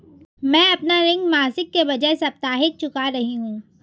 मैं अपना ऋण मासिक के बजाय साप्ताहिक चुका रही हूँ